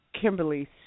Kimberly